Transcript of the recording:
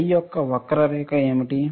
I యొక్క వక్రరేఖ ఏమిటి